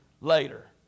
later